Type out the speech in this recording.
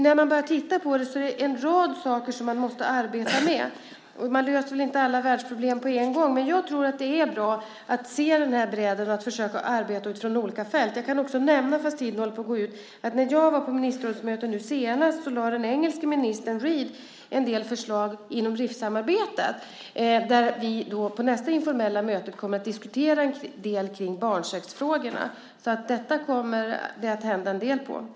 När man börjar titta på detta ser man att det är en rad saker som man måste arbeta med. Man löser väl inte alla världsproblem på en gång, men jag tror att det är bra att se den här bredden och att försöka arbeta på olika fält. Jag kan också nämna, fast talartiden håller på att gå ut, att senast jag var på ministerrådsmöte lade den engelske ministern Reed fram en del förslag inom RIF-samarbetet. På nästa informella möte kommer vi också att diskutera en del kring barnsexfrågorna. Det kommer alltså att hända en del på detta område.